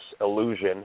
illusion